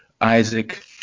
Isaac